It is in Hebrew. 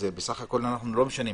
אז אנחנו לא משנים.